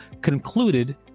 concluded